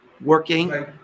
working